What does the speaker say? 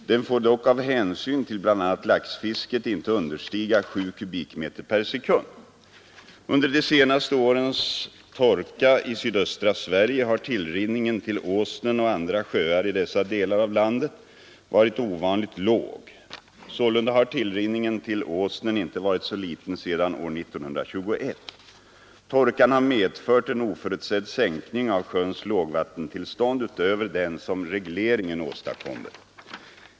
Den får dock av hänsyn till bl.a. laxfisket inte understiga 7 kubikmeter per sekund. Under de senaste årens torka i sydöstra Sverige har tillrinningen till Åsnen och andra sjöar i dessa delar av landet varit ovanligt låg. Sålunda har tillrinningen till Åsnen inte varit så liten sedan år 1921. Torkan har medfört en oförutsedd sänkning av sjöns lågvattenstånd utöver den som regleringen åstadkommer.